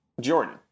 Jordan